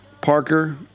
Parker